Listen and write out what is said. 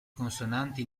consonanti